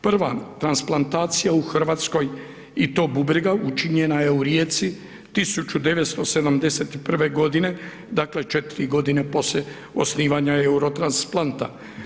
Prva transplantacija u RH i to bubrega, učinjena je u Rijeci 1971.g., dakle, 4 godine poslije osnivanja Eurotransplanta.